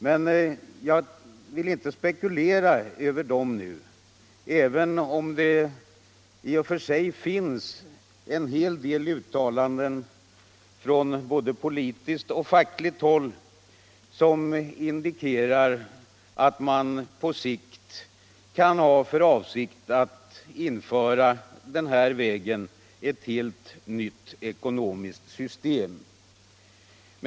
Men jag vill inte spekulera över dem nu, även om det i och för sig finns en hel del uttalanden från politiskt och fackligt håll som indikerar, att man på sikt kan ha för avsikt att den här vägen införa ett helt nytt ekonomiskt system.